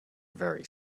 very